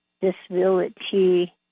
disability